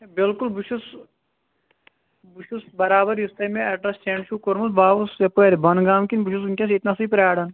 بِلکُل بہٕ چھُس بہٕ چھُس برابر یُس تۄہہِ مےٚ ایٚڈرس سیٚنڈ چھُو کوٚرمُت بہٕ آوُس یَپٲرۍ بۄنہٕ گام کِن بہٕ چھُس وٕنکیٚن ییٚتہِ نَسے پیاران